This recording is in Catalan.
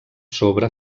sobre